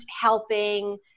helping